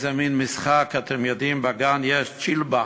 איזה מין משחק, אתם יודעים, בגן יש צ'ילבה.